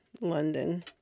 London